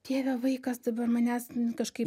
dieve vaikas dabar manęs kažkaip